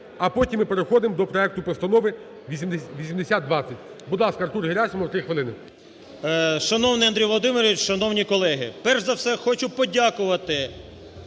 А потім ми переходимо до проекту Постанови 8020. Будь ласка, Артур Герасимов, 3 хвилини. 13:46:01 ГЕРАСИМОВ А.В. Шановний Андрію Володимировичу, шановні колеги! Перш за все хочу подякувати